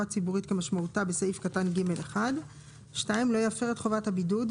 ציבורית כמשמעותה בסעיף קטן (ג1); לא יפר את חובת הבידוד,